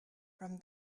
from